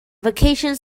vacation